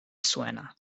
suena